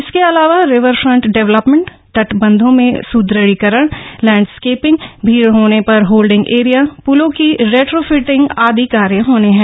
इसके अलावा river front development तटबंधों में सुदृढ़ीकरण लैंडस्केपिंग भीड़ होने पर होल्डिंग एरिया पुलों की रेट्रोफिटिंग आदि कार्य होने हैं